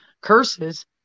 curses